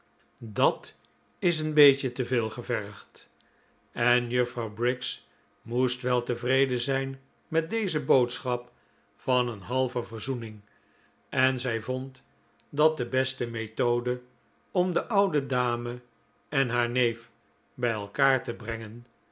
dat is een beetje te veel gevergd en juffrouw briggs moest wel tevreden zijn met deze boodschap van een halve verzoening en zij vond dat de beste methode om de oude dame en haar neef bij elkaar te brengen